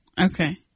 Okay